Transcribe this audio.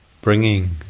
bringing